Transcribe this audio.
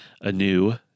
anew